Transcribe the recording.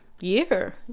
year